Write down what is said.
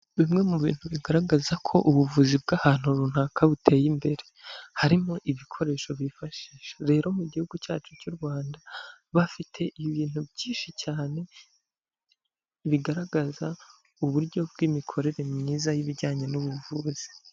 Bimwe mu bintu bigaragaza ko ubuvuzi bw'ahantu runaka buteye imbere, harimo ibikoresho bifashisha, rero mu gihugu cyacu cy'u Rwanda bafite ibintu byinshi cyane bigaragaza uburyo bw'imikorere myiza y'ibijyanye n'ubuvuzi.